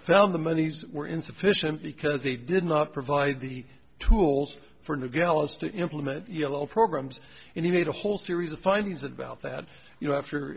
fell on the monies were insufficient because they did not provide the tools for new gallus to implement yellow programs and he made a whole series of findings about that you know after